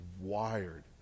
wired